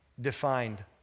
defined